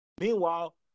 Meanwhile